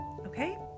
okay